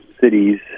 cities